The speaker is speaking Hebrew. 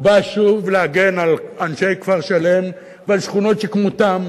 הוא בא שוב להגן על אנשי כפר-שלם ועל שכונות שכמותן,